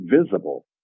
visible